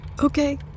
Okay